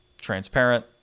Transparent